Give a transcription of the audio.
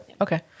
okay